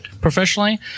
Professionally